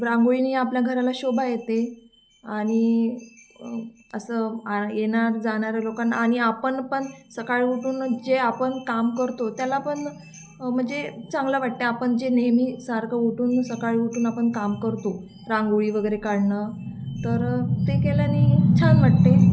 रांगोळीने आपल्या घराला शोभा येते आणि असं आ येणार जाणाऱ्या लोकांना आणि आपण पण सकाळी उठून जे आपण काम करतो त्याला पण म्हणजे चांगलं वाटते आपण जे नेहमी सारखं उठून सकाळी उठून आपण काम करतो रांगोळी वगैरे काढणं तर ते केल्याने छान वाटते